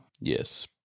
Yes